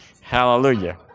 Hallelujah